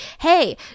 hey